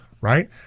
Right